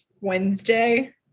Wednesday